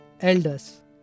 elders